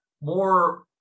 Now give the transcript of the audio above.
more